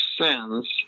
sins